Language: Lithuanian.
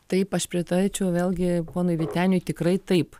taip aš pritarčiau vėlgi ponui vyteniui tikrai taip